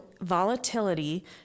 volatility